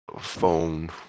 phone